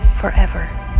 forever